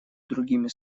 другими